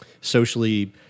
socially